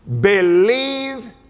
believe